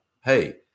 hey